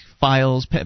files